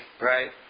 Right